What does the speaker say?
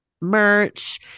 merch